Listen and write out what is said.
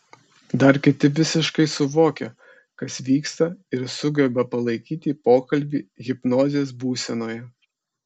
dar kiti visiškai suvokia kas vyksta ir sugeba palaikyti pokalbį hipnozės būsenoje